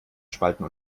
spalten